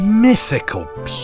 Mythical